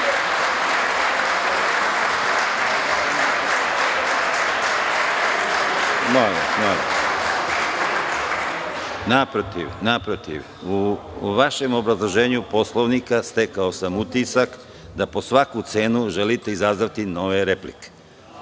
Vlade. Naprotiv, u vašem obrazloženju Poslovnika stekao sam utisak da po svaku cenu želite izazvati nove replike.